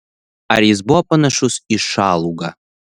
ar jis buvo panašus į šalugą